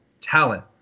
talent